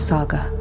Saga